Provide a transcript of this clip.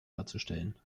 darzustellen